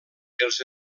els